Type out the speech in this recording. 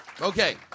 Okay